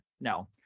no